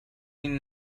این